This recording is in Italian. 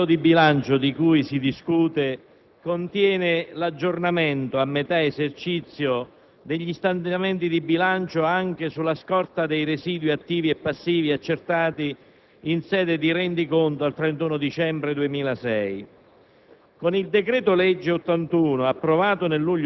colleghi, l'assestamento di bilancio di cui si discute contiene l'aggiornamento a metà esercizio degli stanziamenti di bilancio, anche sulla scorta dei residui attivi e passivi accertati in sede di rendiconto al 31 dicembre 2006.